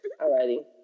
Alrighty